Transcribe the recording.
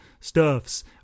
stuffs